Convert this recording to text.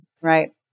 right